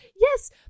yes